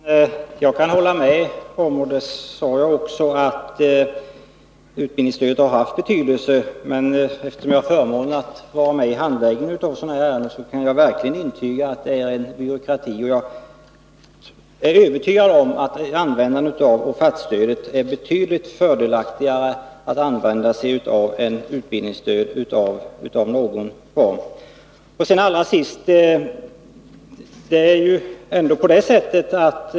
Fru talman! Jag håller med om att utbildningsstödet har haft betydelse. Eftersom jag har haft förmånen att få vara med vid handläggningen av sådana här ärenden kan jag intyga att den verkligen är byråkratisk. Jag är övertygad om att det är betydligt fördelaktigare att använda sig av offertstödet än av utbildningsstödet.